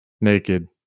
naked